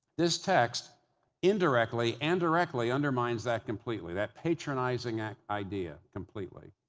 this text indirectly and directly undermines that completely, that patronizing and idea, completely.